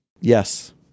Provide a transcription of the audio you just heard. Yes